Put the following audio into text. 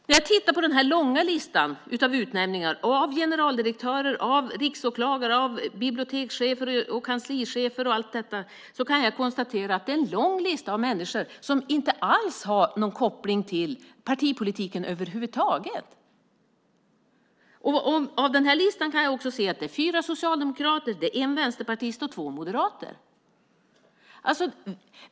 När jag tittar på den långa listan med utnämningar av generaldirektörer, riksåklagare, bibliotekschefer, kanslichefer och andra kan jag konstatera att det är en lång lista av människor som inte har någon koppling till partipolitiken över huvud taget. På denna lista kan jag också se att det är fyra socialdemokrater, en vänsterpartist och två moderater.